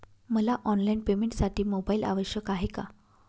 मला ऑनलाईन पेमेंटसाठी मोबाईल आवश्यक आहे का?